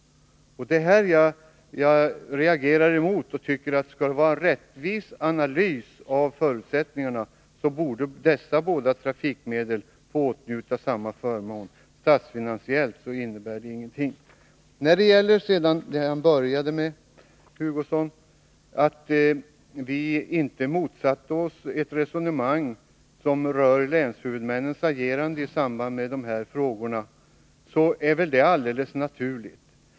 Det reagerar jag emot. Om det skall vara en rättvis analys av förutsättningarna, borde dessa båda trafikmedel få åtnjuta samma förmåner. Statsfinansiellt innebär det ju ingen skillnad. Att vi inte motsatt oss — Kurt Hugosson tog upp detta i början av sin senaste replik — det resonemang som rör länshuvudmännens agerande i samband med de här frågorna är alldeles naturligt.